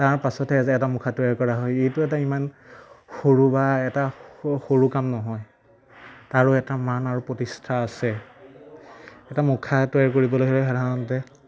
তাৰ পাছতে আজি এটা মুখা তৈয়াৰ কৰা হয় এইটো এটা ইমান সৰু বা এটা সৰু কাম নহয় তাৰো এটা মান আৰু প্ৰতিষ্ঠা আছে এটা মুখা তৈয়াৰ কৰিবলৈ হ'লে সাধাৰণতে